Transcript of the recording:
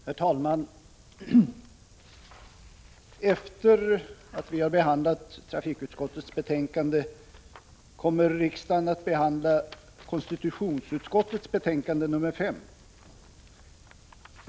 Herr talman! Efter det att vi har behandlat trafikutskottets betänkanden kommer riksdagen att behandla konstitutionsutskottets betänkande nr 5.